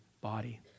body